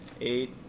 eight